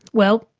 well,